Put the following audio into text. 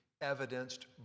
evidenced